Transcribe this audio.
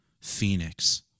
Phoenix